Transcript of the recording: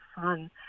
fun